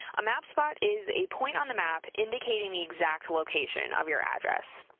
a mapspot is a point on the map indicating the exact location of your address.